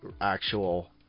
actual